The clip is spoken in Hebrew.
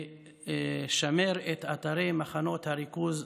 לשמר את אתרי מחנות הריכוז וההשמדה,